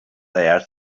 there